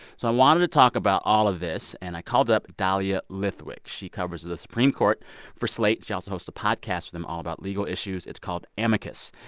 so i wanted to talk about all of this, and i called up dahlia lithwick. she covers the supreme court for slate. she also hosts a podcast for them all about legal issues. it's called amicus.